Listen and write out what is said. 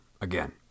Again